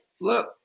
look